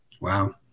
wow